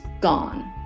gone